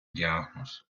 діагноз